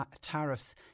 tariffs